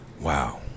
wow